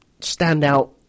standout